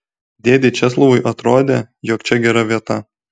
dėdei česlovui atrodė jog čia gera vieta